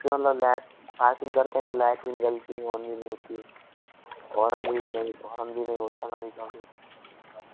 क्यों sir light parking करते हैं तो लऐट भी नहीं जलती ऑन भी नहीं होती हॉर्न भी नहीं हॉर्न भी नहीं होता कभी कभी